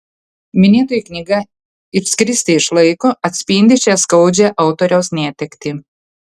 minėtoji knyga iškristi iš laiko atspindi šią skaudžią autoriaus netektį